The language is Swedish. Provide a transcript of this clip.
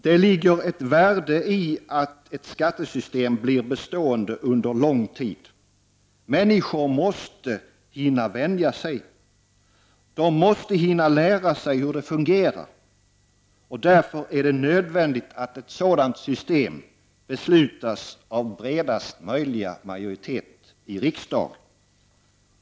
Det ligger ett värde i att ett skattesystem blir bestående under lång tid. Människor måste hinna vänja sig. De måste hinna lära sig hur det fungerar. Därför är det nödvändigt att ett sådant system beslutas av bredaste möjliga majoritet i riksdagen.